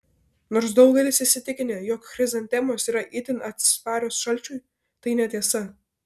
nors daugelis įsitikinę jog chrizantemos yra itin atsparios šalčiui tai netiesa